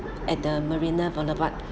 at the marina boulevard